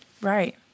Right